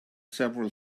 several